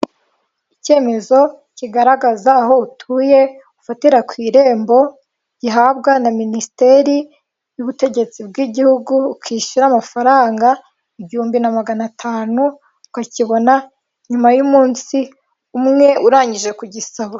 Icyemezo kigaragaza aho utuye ufatira ku irembo, gihabwa na minisiteri y'ubutegetsi bw'igihugu ukishyura amafaranga igihumbi na magana atanu, ukakibona nyuma y'umunsi umwe urangije kugisaba.